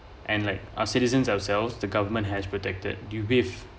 and like our citizens ourselves the government has protected you with